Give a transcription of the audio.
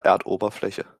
erdoberfläche